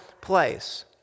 place